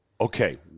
okay